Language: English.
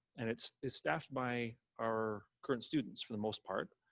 and it's it's staffed by our current students for the most part,